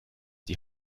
die